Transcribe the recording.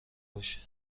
باشین